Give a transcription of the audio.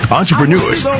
entrepreneurs